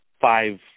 five